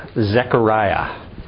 Zechariah